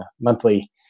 monthly